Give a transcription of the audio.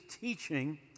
teaching